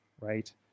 right